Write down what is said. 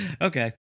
Okay